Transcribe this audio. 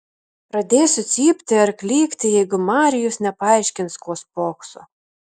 pradėsiu cypti ar klykti jeigu marijus nepaaiškins ko spokso